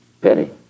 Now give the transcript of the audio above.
Pity